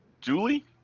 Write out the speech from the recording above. Julie